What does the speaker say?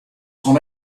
son